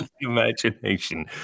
Imagination